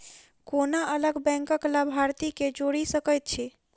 कोना अलग बैंकक लाभार्थी केँ जोड़ी सकैत छी?